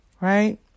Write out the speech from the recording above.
right